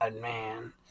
man